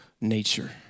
nature